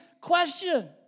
question